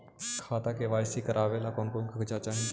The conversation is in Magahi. खाता के के.वाई.सी करावेला कौन कौन कागजात चाही?